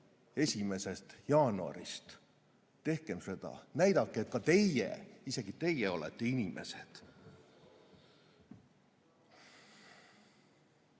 1. jaanuarist. Tehkem seda! Näidake, et teie, isegi teie olete inimesed.